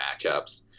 matchups